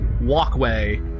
walkway